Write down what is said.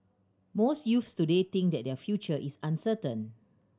most youths today think that their future is uncertain